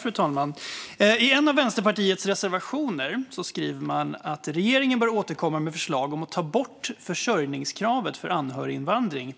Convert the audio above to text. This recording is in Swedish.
Fru talman! I en av Vänsterpartiets reservationer skriver man att regeringen bör återkomma med förslag om att ta bort försörjningskravet för anhöriginvandring